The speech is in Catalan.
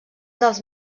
dels